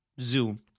Zoom